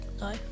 No